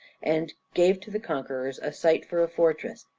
and gave to the conquerors a site for a fortress,